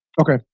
Okay